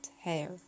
hair